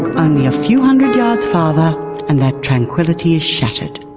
only a few hundred yards farther and that tranquillity is shattered.